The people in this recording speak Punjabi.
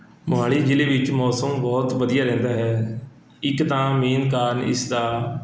ਮੋਹਾਲੀ ਜ਼ਿਲ੍ਹੇ ਵਿੱਚ ਮੌਸਮ ਬਹੁਤ ਵਧੀਆ ਰਹਿੰਦਾ ਹੈ ਇੱਕ ਤਾਂ ਮੇਨ ਕਾਰਨ ਇਸ ਦਾ